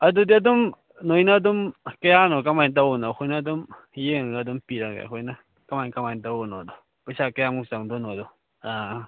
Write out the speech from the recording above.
ꯑꯗꯨꯗꯤ ꯑꯗꯨꯝ ꯅꯣꯏꯅ ꯑꯗꯨꯝ ꯀꯌꯥꯅꯣ ꯀꯃꯥꯏꯅ ꯇꯧꯕꯅꯣ ꯑꯩꯈꯣꯏꯅ ꯑꯗꯨꯝ ꯌꯦꯡꯉꯒ ꯑꯗꯨꯝ ꯄꯤꯔꯒꯦ ꯑꯩꯈꯣꯏꯅ ꯀꯃꯥꯏ ꯀꯃꯥꯏꯅ ꯇꯧꯕꯅꯣꯗꯣ ꯄꯩꯁꯥ ꯀꯌꯥꯃꯨꯛ ꯆꯪꯗꯣꯏꯅꯣꯗꯣ ꯑꯥ